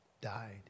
died